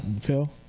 Phil